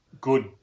good